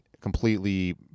completely